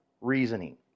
reasoning